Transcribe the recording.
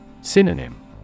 Synonym